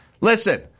listen